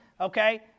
Okay